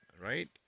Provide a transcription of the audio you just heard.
right